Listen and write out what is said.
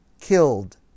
killed